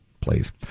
Please